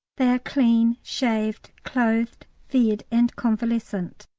they are clean, shaved, clothed, fed, and convalescent.